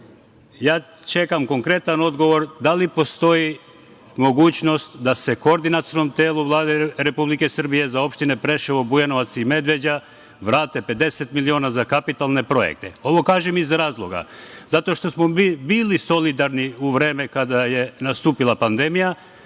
Čekam konkretan odgovor - da li postoji mogućnost da se Koordinacionom telu Vlade Republike Srbije za opštine Preševo, Bujanovac i Medveđa vrate 50 miliona za kapitalne projekte? Ovo kažem iz razloga zato što smo mi bili solidarni u vreme kada je nastupila pandemija.